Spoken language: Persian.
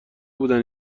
بودن